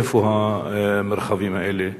איפה המרחבים האלה באזור?